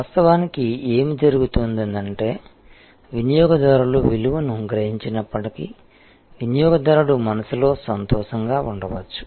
వాస్తవానికి ఏమి జరుగుతుందంటే వినియోగదారులు విలువను గ్రహించినప్పటికీ వినియోగదారుడు మనస్సులో సంతోషంగా ఉండవచ్చు